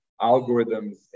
algorithms